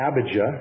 Abijah